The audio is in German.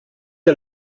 der